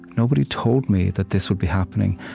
nobody told me that this would be happening,